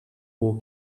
wore